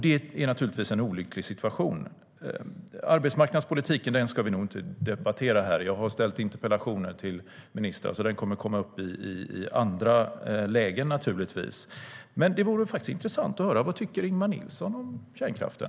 Det är naturligtvis en olycklig situation. Vi ska nog inte debattera arbetsmarknadspolitiken här. Jag har ställt interpellationer till ministern. Den kommer att komma upp i andra lägen. Men det vore intressant att höra: Vad tycker Ingemar Nilsson om kärnkraften?